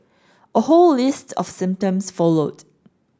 a whole list of symptoms followed